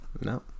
no